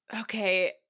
Okay